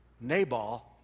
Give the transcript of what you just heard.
Nabal